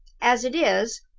as it is,